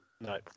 No